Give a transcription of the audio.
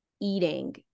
eating